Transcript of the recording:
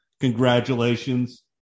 Congratulations